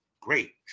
Great